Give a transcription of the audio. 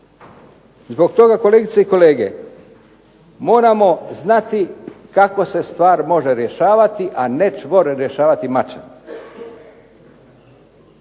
Zbog toga, kolegice i kolege, moramo znati kako se stvar može rješavati, a ne čvor rješavati mačem.